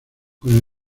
con